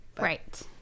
right